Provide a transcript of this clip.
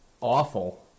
awful